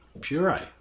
puree